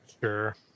Sure